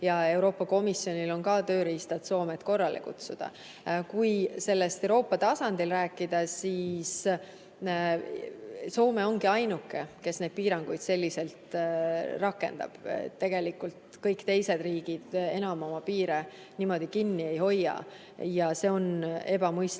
Euroopa Komisjonil on ka tööriistad, et Soomet korrale kutsuda. Kui Euroopa tasandil rääkida, siis Soome ongi ainuke, kes neid piiranguid selliselt rakendab. Kõik teised riigid enam oma piire kinni ei hoia. See on ebamõistlik.